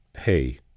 hey